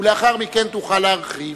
ולאחר מכן תוכל להרחיב,